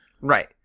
Right